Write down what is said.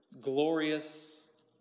glorious